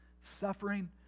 suffering